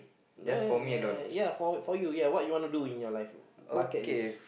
ya what you ya what you want to with your life bucket list